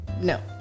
No